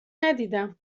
ندیدم